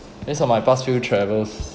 based on my past few travels